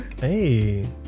Hey